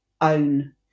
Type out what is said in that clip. own